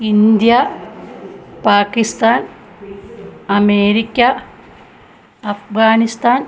India Pakistan America Afghanistan